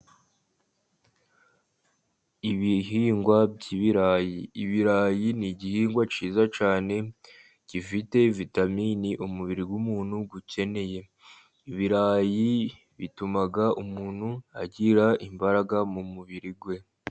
Ibihingwa by'ibirayi, ibirayi ni igihingwa cyiza cyane gifite vitamini umubiri w'umuntu ukeneye. Ibirayi bituma umuntu agira imbaraga mu mubiri we.